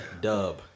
dub